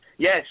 Yes